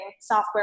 software